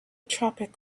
tropic